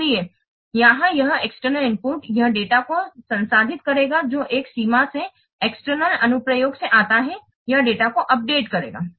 इसलिए यहां यह एक्सटर्नल इनपुट यह डेटा को संसाधित करेगा जो एक सीमा से एक्सटर्नल अनुप्रयोग से आता है यह डेटा को अपडेट करेगा